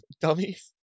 Dummies